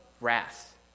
wrath